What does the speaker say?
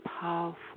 powerful